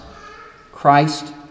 Christ